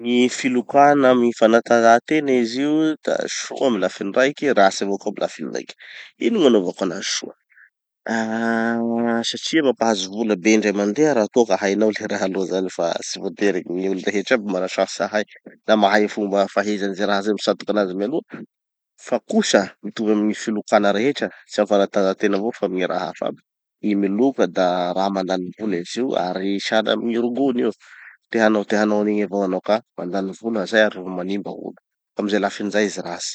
Gny filokona amy gny fanatanjahatena izy io da soa amy lafiny raiky ratsy avao koa amy lafiny raiky. Ino gn'anaovako anazy soa? Ahhh satria mampahazo vola be indray mandeha raha toa ka hainao le raha aloha zany fa tsy voatery gny olo rehetra aby mana chance hahay na mahay fomba faheza any ze raha zay mitsatoky anazy mialoha. Fa kosa mitovy amin'ny filokana rehetra. Tsy amin'ny fanatanjahatena avao fa amy gny raha hafa aby, gny miloka da raha mandany vola izy io, ary sahala amy gny rongony io, te hanao te hanao anigny avao hanao ka mandany vola zay ary manimba olo. Amy ze lafiny zay izy ratsy.